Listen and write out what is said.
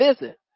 visit